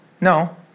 No